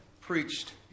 preached